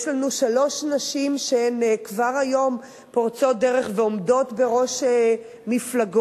יש לנו שלוש נשים שהן כבר היום פורצות דרך ועומדות בראש מפלגות.